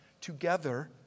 together